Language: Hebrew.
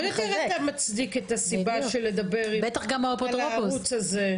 עוד יותר מצדיק את הסיבה עם הערוץ הזה.